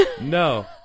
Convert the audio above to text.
No